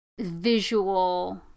visual